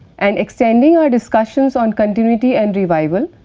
and extending our discussions on continuity and revival,